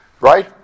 Right